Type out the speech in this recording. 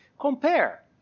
Compare